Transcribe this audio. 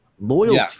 Loyalty